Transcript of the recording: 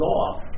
off